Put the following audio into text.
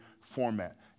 format